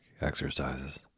Exercises